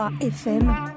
FM